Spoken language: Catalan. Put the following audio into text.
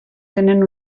tenen